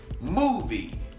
movie